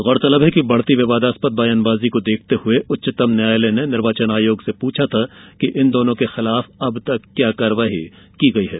गौरतलब है कि बढ़ती विवादास्पद बयानबाजी को देखते हुए उच्चतम न्यायालय ने निर्वाचन आयोग से पूछा था कि इन दोनों के खिलाफ अब तक क्या कार्रवाई की गई है